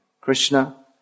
Krishna